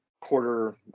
quarter